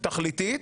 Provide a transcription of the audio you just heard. תכליתית.